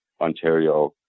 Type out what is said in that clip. Ontario